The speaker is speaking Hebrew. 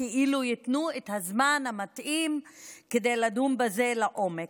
כאילו ייתנו את הזמן המתאים כדי לדון בזה לעומק,